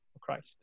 christ